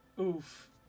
Oof